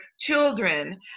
children